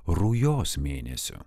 rujos mėnesiu